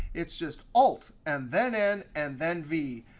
it's just alt, and then n, and then v.